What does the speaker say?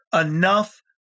enough